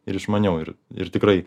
ir išmaniau ir ir tikrai